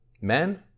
Men